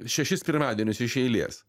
šešis pirmadienius iš eilės